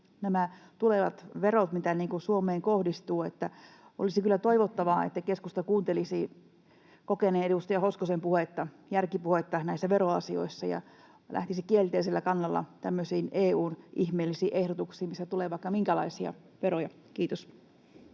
nämä tulevat verot, mitä Suomeen kohdistuu. Olisi kyllä toivottavaa, että keskusta kuuntelisi kokeneen edustaja Hoskosen järkipuhetta näissä veroasioissa ja lähtisi kielteisellä kannalla tämmöisiin EU:n ihmeellisiin ehdotuksiin, mistä tulee vaikka minkälaisia veroja. — Kiitos.